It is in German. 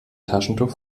taschentuch